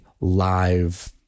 live